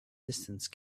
distance